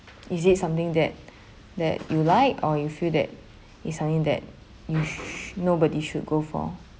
is it something that that you like or you feel that it's something that you sh~ nobody should go for